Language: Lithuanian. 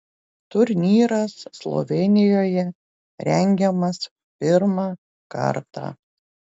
turnyras slovėnijoje rengiamas pirmą kartą